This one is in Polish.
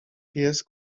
pies